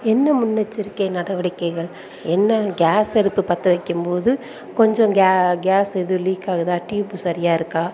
என்ன முன்னெச்சரிக்கை நடவடிக்கைகள் என்ன கேஸ் அடுப்பு பற்ற வைக்கும்போது கொஞ்சம் கே கேஸ் இது லீக் ஆகுதா டியூப்பு சரியாக இருக்கா